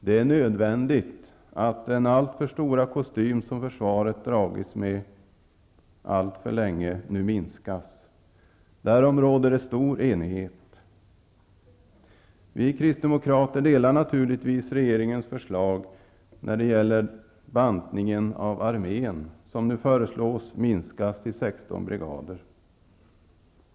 Det är nödvändigt att den alltför stora kostym som försvaret dragits med alltför länge nu minskas. Därom råder det stor enighet. Vi kristdemokrater ansluter oss naturligtvis till regeringens förslag när det gäller bantningen av armén, som nu föreslås minskad till 16 brigader.